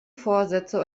vorsätze